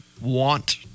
want